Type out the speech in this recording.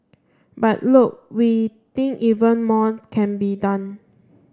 but look we think even more can be done